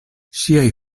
ŝiaj